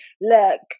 look